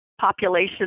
population